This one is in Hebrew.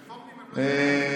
הרפורמים הם לא יהודים.